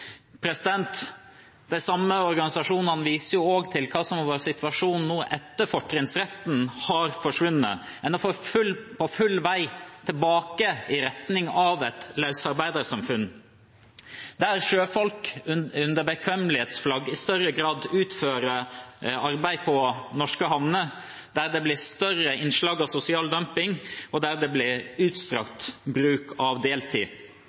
De samme organisasjonene viser også til hva som er situasjonen nå, etter at fortrinnsretten har forsvunnet. En er på full vei tilbake i retning av et løsarbeidersamfunn, der sjøfolk under bekvemmelighetsflagg i større grad utfører arbeid i norske havner, der det blir større innslag av sosial dumping, og der det blir utstrakt bruk av deltid.